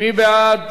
מי בעד?